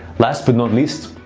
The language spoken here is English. last but not least,